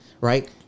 right